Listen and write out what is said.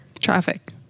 Traffic